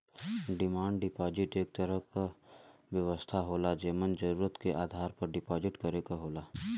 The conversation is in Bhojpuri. डिमांड डिपाजिट एक तरह क व्यवस्था होला जेमन जरुरत के आधार पर डिपाजिट करे क होला